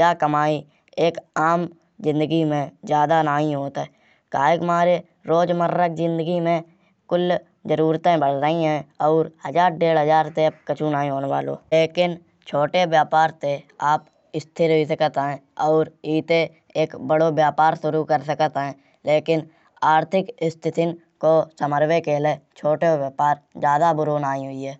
जा कमाई एक आम जिंदगी में ज्यादा नाईय्ये होत है। काहे के मारे रोज मर्रा की जिंदगी में कुल्ल जरुरते बढ़ गई है। और हज़ार डेढ़ हज़ार ते अब कछु नाईय्ये होन वालो। लेकिन छोटे व्यापार ते आप स्थिर हुई सकत है। और एते एक और बड़ो व्यापार शुरू कर सकत है। लेकिन आर्थिक स्थितियाँ को संभारबे के लाये छोटो व्यापार ज्यादा बुरो नाईय्ये हुईये।